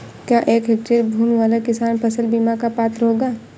क्या एक हेक्टेयर भूमि वाला किसान फसल बीमा का पात्र होगा?